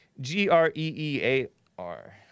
G-R-E-E-A-R